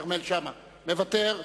כרמל שאמה, מוותר.